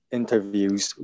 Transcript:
interviews